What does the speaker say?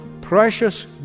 precious